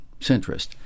centrist